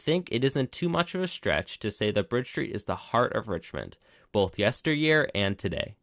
think it isn't too much of a stretch to say that bridge street is the heart of richmond both yesteryear and today